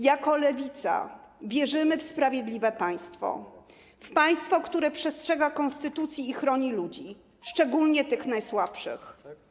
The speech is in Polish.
Jako Lewica wierzymy w sprawiedliwe państwo, w państwo, które przestrzega konstytucji i chroni ludzi, szczególnie tych najsłabszych.